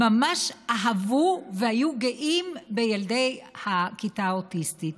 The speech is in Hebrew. ממש אהבו והיו גאים בילדי הכיתה האוטיסטים.